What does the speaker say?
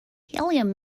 helium